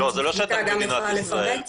לא, זה לא שטח מדינת ישראל.